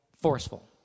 forceful